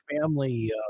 family